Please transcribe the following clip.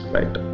Right